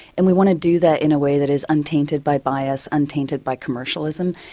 and we want to do that in a way that is untainted by bias, untainted by commercialism.